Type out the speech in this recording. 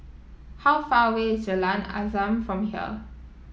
how far away is Jalan Azam from here